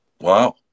Wow